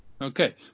Okay